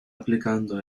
aplicando